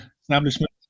establishment